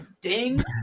Ding